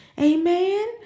amen